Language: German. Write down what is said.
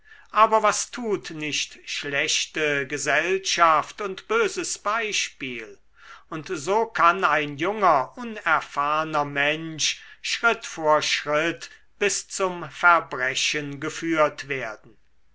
aber was tut nicht schlechte gesellschaft und böses beispiel und so kann ein junger unerfahrner mensch schritt vor schritt bis zum verbrechen geführt werden